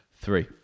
Three